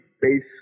base